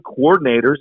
coordinators